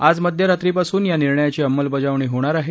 आज मध्यरात्रीपासून या निर्णयाची अंमलबजावणी होणार आहे